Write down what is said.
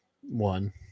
One